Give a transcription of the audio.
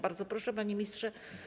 Bardzo proszę, panie ministrze.